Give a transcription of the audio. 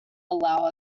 allow